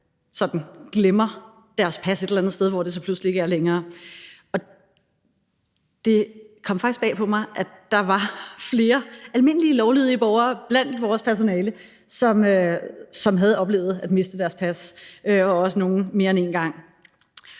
sådan glemmer deres pas et eller andet sted, hvor det så pludselig ikke er længere. Det kom faktisk bag på mig, at der var flere almindelige, lovlydige borgere blandt vores personale, som havde oplevet at miste deres pas – og nogle også mere end én gang.